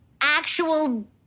Actual